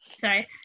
sorry